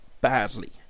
badly